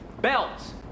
belts